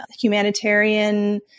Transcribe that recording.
humanitarian